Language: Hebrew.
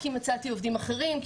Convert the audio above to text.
כי מצאתי עובדים אחרים,